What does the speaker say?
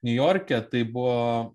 niujorke tai buvo